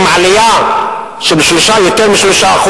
עם עלייה של יותר מ-3%